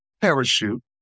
parachute